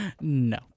No